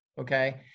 okay